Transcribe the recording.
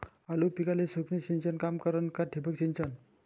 आलू पिकाले सूक्ष्म सिंचन काम करन का ठिबक सिंचन?